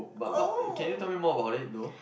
oh